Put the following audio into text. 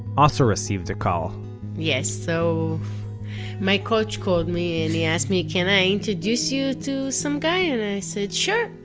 also received a call yes, so my coach called me and he asked me, can i introduce you to some guy? and i said, sure,